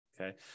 Okay